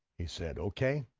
he said okay,